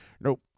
nope